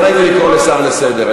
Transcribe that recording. לא נעים לי לקרוא שר לסדר.